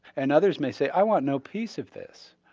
and others may say i want no piece of this.